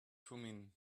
thummim